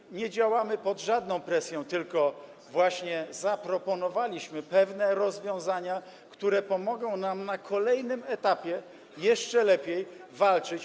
I nie działamy pod żadną presją, tylko zaproponowaliśmy pewne rozwiązania, które pomogą nam na kolejnym etapie jeszcze lepiej walczyć.